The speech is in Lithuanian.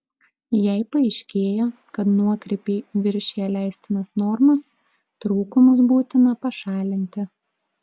jei paaiškėja kad nuokrypiai viršija leistinas normas trūkumus būtina pašalinti